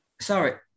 Sorry